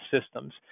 Systems